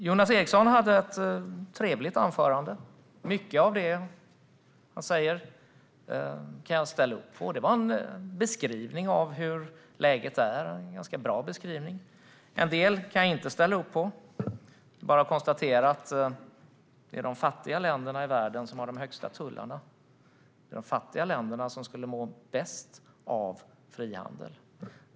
Jonas Eriksson höll ett trevligt anförande. Mycket av det han säger kan jag ställa upp på. Det var en beskrivning av hur läget är, och en ganska bra beskrivning. En del kan jag inte ställa upp på. Det är bara att konstatera att det är de fattiga länderna i världen som har de högsta tullarna. Det är de fattiga länderna som skulle må bäst av frihandel.